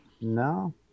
No